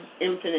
infinite